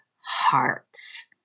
hearts